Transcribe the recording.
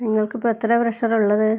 നിങ്ങൾക്കിപ്പോൾ എത്രയാ പ്രെഷറ് ഉള്ളത്